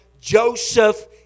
Joseph